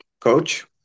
coach